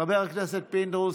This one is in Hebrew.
חבר הכנסת פינדרוס,